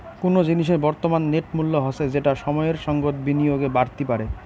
কুনো জিনিসের বর্তমান নেট মূল্য হসে যেটা সময়ের সঙ্গত বিনিয়োগে বাড়তি পারে